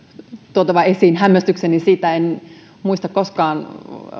tuotava esiin hämmästykseni en muista koskaan